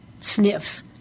sniffs